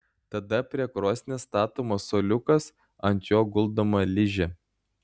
tada prie krosnies statomas suoliukas ant jo guldoma ližė